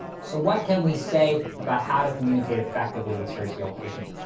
so what can we say about how to communicate effectively with seriously ill patients?